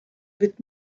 wird